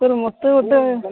sir ମୋତେ ଗୋଟେ